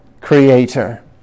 Creator